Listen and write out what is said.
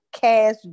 cash